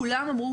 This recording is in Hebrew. כולם אמרו,